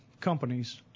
companies